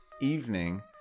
evening